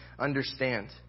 Understand